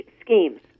schemes